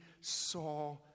saw